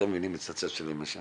אתם מבינים את הצד של המייצגים